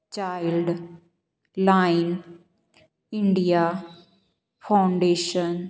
child line India foundation